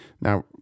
Now